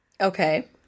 okay